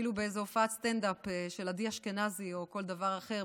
אפילו איזו הופעת סטנדאפ של עדי אשכנזי או כל דבר אחר,